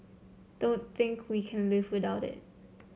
don't think we can live without it